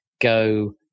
Go